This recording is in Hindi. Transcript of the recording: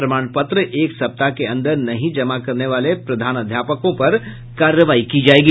प्रमाण पत्र एक सप्ताह के अंदर नहीं जमा करने वाले प्रधानाध्यापकों पर कार्रवाई की जायेगी